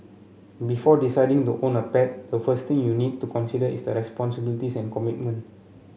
before deciding to own a pet the first thing you need to consider is the responsibilities and commitment